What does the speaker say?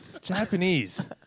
Japanese